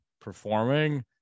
performing